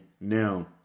now